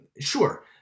Sure